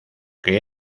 que